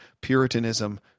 Puritanism